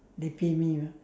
they pay me ah